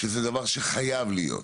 שזה דבר שחייב להיות.